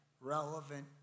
relevant